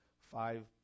five